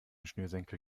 schnürsenkel